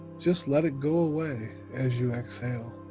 just let it go away as you exhale.